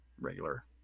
regular